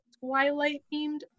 Twilight-themed